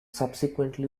subsequently